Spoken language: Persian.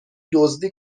دزدی